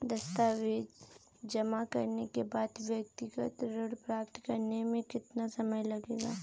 दस्तावेज़ जमा करने के बाद व्यक्तिगत ऋण प्राप्त करने में कितना समय लगेगा?